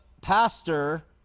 pastor